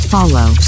Follow